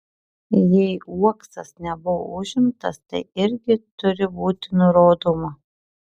jei uoksas nebuvo užimtas tai irgi turi būti nurodoma